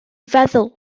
feddwl